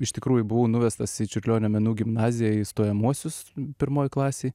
iš tikrųjų buvau nuvestas į čiurlionio menų gimnazija į stojamuosius pirmoj klasėj